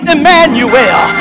Emmanuel